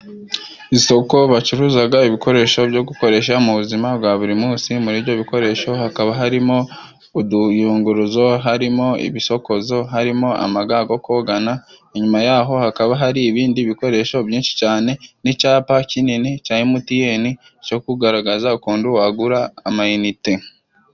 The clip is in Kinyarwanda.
Isoko bacuruzaga ibikoresho byo gukoresha mu buzima bwa buri munsi, muri ibyo bikoresho hakaba harimo utuyunguruzo, harimo ibisokozo, harimo amaga go kogana, inyuma yaho hakaba hari ibindi bikoresho byinshi cane n'icapa kinini cya Emuti ene cyo kugaragaza ukuntu wagura ama inite.